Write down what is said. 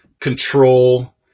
control